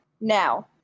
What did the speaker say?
now